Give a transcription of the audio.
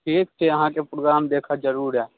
ठीक छै अहाँकेँ प्रोग्राम देखऽ जरूर आएब